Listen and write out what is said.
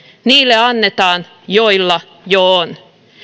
niille annetaan joilla jo on